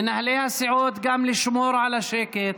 מנהלי הסיעות, נא לשמור על השקט.